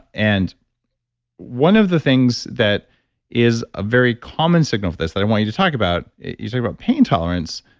and one of the things that is a very common signal for this that i want you to talk about, you talked about pain tolerance,